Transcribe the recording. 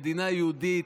מדינה יהודית,